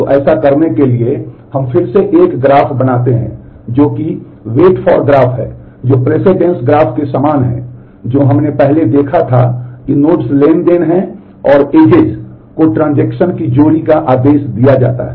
तो ऐसा करने के लिए हम फिर से एक ग्राफ बनाते हैं जो कि वेट फॉर ग्राफ की जोड़ी का आदेश दिया जाता है